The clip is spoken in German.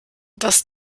das